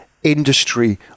industry